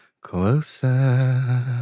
Closer